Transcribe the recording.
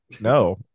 No